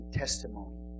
testimony